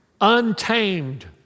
untamed